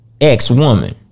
ex-woman